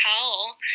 tell